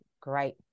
great